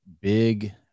big